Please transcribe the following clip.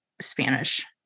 Spanish